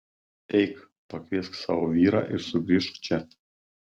eik pakviesk savo vyrą ir sugrįžk čia